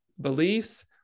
beliefs